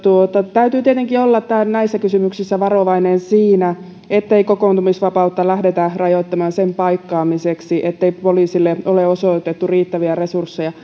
täytyy tietenkin olla näissä kysymyksissä varovainen siinä ettei kokoontumisvapautta lähdetä rajoittamaan sen paikkaamiseksi ettei poliisille ole osoitettu riittäviä resursseja